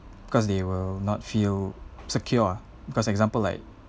cause they will not feel secure ah because example like